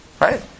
Right